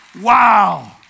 Wow